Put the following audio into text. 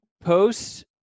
posts